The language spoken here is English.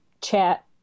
chat